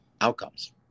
outcomes